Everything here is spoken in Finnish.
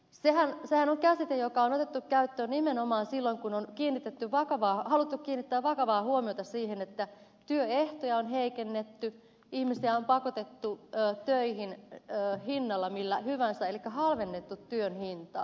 sehän on käsite joka on otettu käyttöön nimenomaan silloin kun on haluttu kiinnittää vakavaa huomiota siihen että työehtoja on heikennetty ihmisiä on pakotettu töihin hinnalla millä hyvänsä elikkä halvennettu työn hintaa